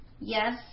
yes